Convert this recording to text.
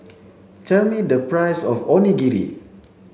tell me the price of Onigiri